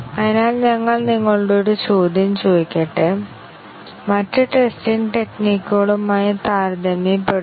അതിനാൽ എനിക്ക് DEF 2 എഴുതാൻ കഴിയുമായിരുന്നു കാരണം ഞാൻ അതിനെ നമ്പർ 2 എന്നു എഴുതിയിരിക്കുന്നു